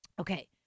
Okay